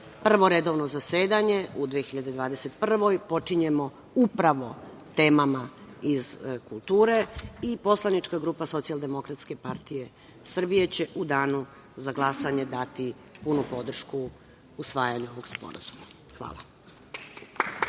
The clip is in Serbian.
Prvo redovno zasedanje u 2021. godini, počinjemo upravo temama iz kulture i poslanička grupa Socijaldemokratske partije Srbije će u Danu za glasanje dati punu podršku usvajanju ovog Sporazuma. Hvala.